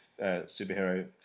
superhero